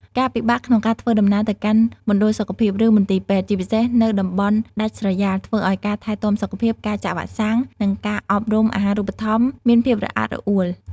ការពិបាកក្នុងការធ្វើដំណើរទៅកាន់មណ្ឌលសុខភាព ឬមន្ទីរពេទ្យ ជាពិសេសនៅតំបន់ដាច់ស្រយាល ធ្វើឱ្យការថែទាំសុខភាព ការចាក់វ៉ាក់សាំង និងការអប់រំអាហារូបត្ថម្ភមានភាពរអាក់រអួល។